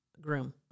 groom